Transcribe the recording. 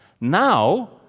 now